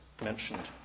mentioned